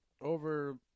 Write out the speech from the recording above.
Over